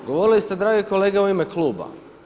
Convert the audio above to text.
Govorili ste dragi kolega u ime kluba.